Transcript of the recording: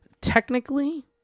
Technically